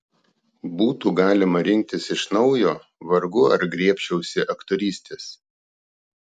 būtų galima rinktis iš naujo vargu ar griebčiausi aktorystės